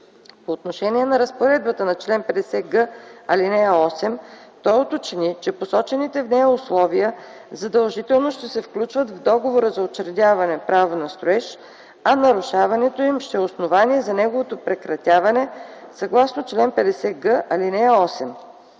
По отношение на разпоредбата на чл. 50г, ал. 8 той уточни, че посочените в нея условия задължително се включват в договора за учредяване на право на строеж, а нарушаването им е основание за неговото прекратяване съгласно чл. 50г, ал. 8.